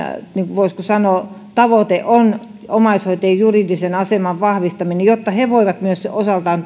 voisiko sanoa tavoite on omaishoitajien juridisen aseman vahvistaminen jotta he voivat osaltaan